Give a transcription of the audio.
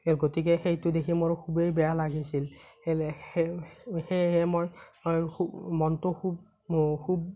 সেইগতিকে সেইটো দেখি মোৰ খুবেই বেয়া লাগিছিল সেয়েহে মই মনটো খুব খুব